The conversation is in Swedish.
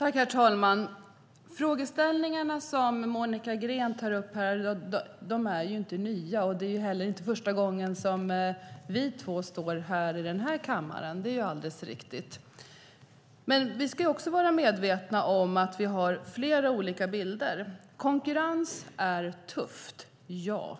Herr talman! De frågeställningar som Monica Green tar upp är inte nya. Det är inte heller första gången som vi två står i denna kammare; det är alldeles riktigt. Vi ska vara medvetna om att vi har flera olika bilder. Konkurrens är tufft, ja.